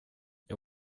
jag